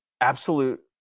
absolute